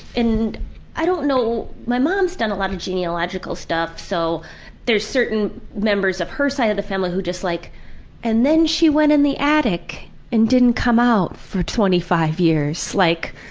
and i don't know. my mom's done a lot of genealogical stuff so there's certain members of her side of the family who just like and then she went in the attic and didn't come out for twenty five years. like,